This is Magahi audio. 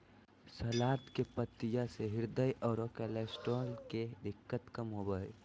सलाद के पत्तियाँ से हृदय आरो कोलेस्ट्रॉल के दिक्कत कम होबो हइ